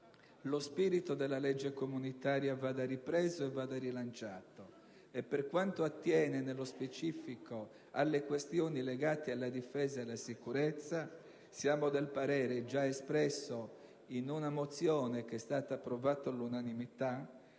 lo spirito della legge comunitaria vada ripreso e rilanciato e, per quanto attiene nello specifico alle questioni legate alla difesa e alla sicurezza siamo del parere, già espresso in una mozione approvata all'unanimità,